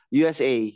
usa